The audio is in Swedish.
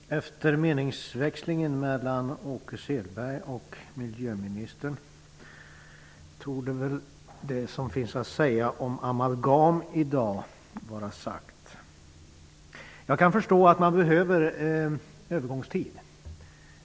Herr talman! Efter meningsväxlingen mellan Åke Selberg och miljöministern torde det som i dag finns att säga om amalgam vara sagt. Jag kan förstå att man behöver en övergångstid.